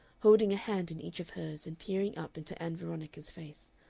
holding a hand in each of hers and peering up into ann veronica's face.